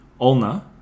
ulna